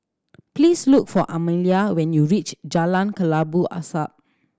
please look for Amalia when you reach Jalan Kelabu Asap